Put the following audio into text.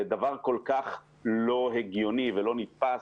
זה דבר כל כך לא הגיוני ולא נתפס,